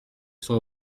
sont